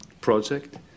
project